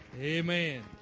amen